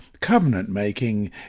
covenant-making